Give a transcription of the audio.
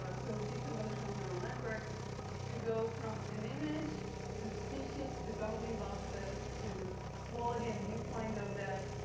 so, deep convolutional neuro networks to go from an image to species to bounding boxes to quality and viewpoint of that